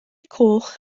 coch